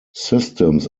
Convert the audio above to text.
systems